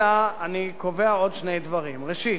אלא אני קובע עוד שני דברים: ראשית,